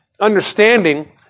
understanding